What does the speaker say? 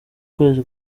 kwezi